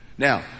Now